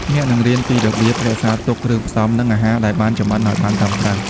អ្នកនឹងរៀនពីរបៀបរក្សាទុកគ្រឿងផ្សំ និងអាហារដែលបានចម្អិនឱ្យបានត្រឹមត្រូវ។